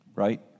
Right